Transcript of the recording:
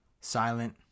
silent